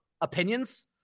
opinions